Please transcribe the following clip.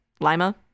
Lima